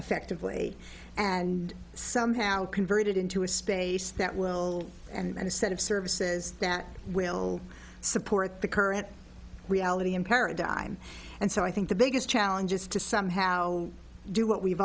effectively and somehow converted into a space that will and a set of services that will support the current reality and paradigm and so i think the biggest challenge is to somehow do what we've